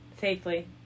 Safely